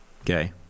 Okay